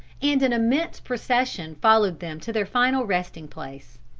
and an immense procession followed them to their final resting place.